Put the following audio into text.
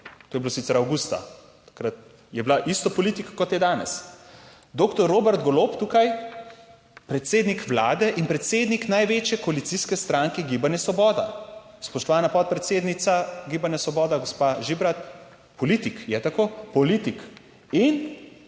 to je bilo sicer avgusta, takrat je bila ista politika, kot je danes. Doktor Robert Golob, tukaj predsednik vlade in predsednik največje koalicijske stranke, Gibanje Svoboda. Spoštovana podpredsednica Gibanja Svoboda, gospa Žibrat, politik je tako politik in